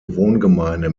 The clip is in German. wohngemeinde